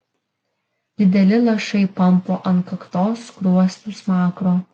dideli lašai pampo ant kaktos skruostų smakro